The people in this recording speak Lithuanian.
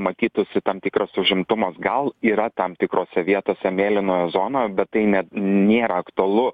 matytųsi tam tikras užimtumas gal yra tam tikrose vietose mėlynoje zonoje bet tai nėra aktualu